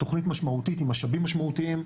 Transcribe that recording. זו תכנית משמעותית עם משאבים משמעותיים,